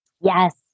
Yes